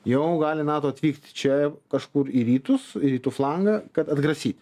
jau gali nato atvykt čia kažkur į rytus rytų flangą kad atgrasyti